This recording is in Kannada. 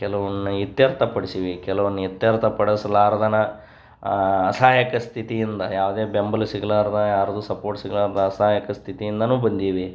ಕೆಲವನ್ನು ಇತ್ಯರ್ಥಪಡ್ಸೀವಿ ಕೆಲವನ್ನು ಇತ್ಯರ್ಥ ಪಡಿಸಲಾರ್ದನ ಅಸಹಾಯಕ ಸ್ಥಿತಿಯಿಂದ ಯಾವುದೇ ಬೆಂಬಲ ಸಿಗ್ಲಾರ್ದೆ ಯಾರ್ದೂ ಸಪೋರ್ಟ್ ಸಿಗ್ಲಾರ್ದೆ ಅಸಹಾಯಕ ಸ್ಥಿತಿಯಿಂದಲೂ ಬಂದೀವಿ